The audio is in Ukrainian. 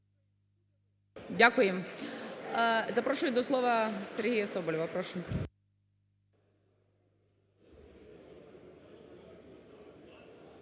Дякуємо. Запрошую до слова Сергія Соболєва,